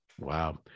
Wow